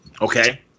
Okay